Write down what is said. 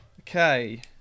Okay